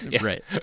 Right